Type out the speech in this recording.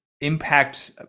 impact